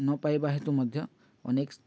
ନ ପାଇବା ହେତୁ ମଧ୍ୟ ଅନେକ